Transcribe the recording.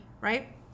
right